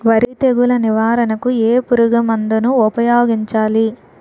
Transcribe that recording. వరి తెగుల నివారణకు ఏ పురుగు మందు ను ఊపాయోగించలి?